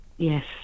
Yes